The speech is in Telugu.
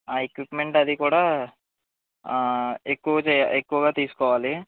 ఆ ఎక్విప్మెంట్ అది కూడా ఎక్కువ ఎక్కువగా తీసుకోవాలి